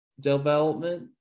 development